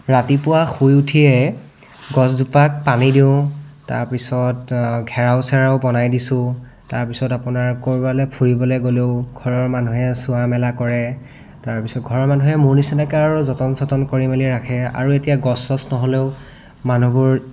ৰাতিপুৱা শুই উঠিয়ে গছজোপাক পানী দিওঁ তাৰপিছত ঘেৰাও চেৰাও বনাই দিছোঁ তাৰপিছত আপোনৰ ক'ৰবালৈ ফুৰিবলৈ গ'লেও ঘৰৰ মানুহে চোৱা মেলা কৰে তাৰপিছত ঘৰৰ মানুহে মোৰ নিচিনাকৈ আৰু যতন চতন কৰি মেলি ৰাখে আৰু এতিয়া গছ চছ নহলেও মানুহবোৰ